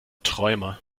träumer